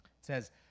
says